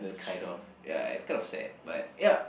this kind of ya it's kind of sad but yup